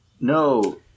No